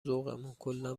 ذوقمون، کلا